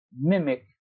mimic